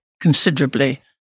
considerably